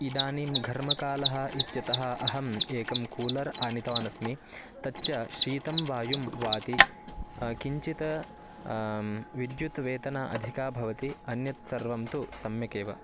इदानीं घर्मकालः इत्यतः अहम् एकं कूलर् आनीतवान् अस्मि तच्च शीतः वायुः वाति किञ्चित् विद्युत् वेतनम् अधिकं भवति अन्यत् सर्वं तु सम्यक् एव